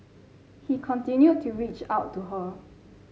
he continued to reach out to her